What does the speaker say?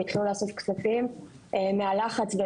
התחילו לאסוף כספים מהלחץ.